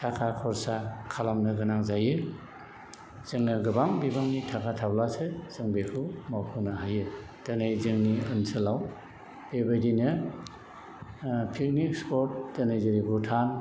थाखा खर्सा खालामनो गोनां जायो जोङो गोबां बिबांनि थाखा थाब्लासो जों बेखौ मावफुंनो हायो दिनै जोंनि ओनसोलाव बेबायदिनो पिकनिक स्पट दिनै जेरै भुटान